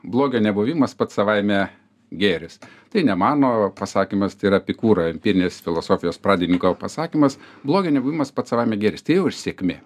blogio nebuvimas pats savaime gėris tai ne mano pasakymas tai yra pikūro empirinės filosofijos pradininko pasakymas blogio nebuvimas pats savaime gėris tai jau ir sėkmė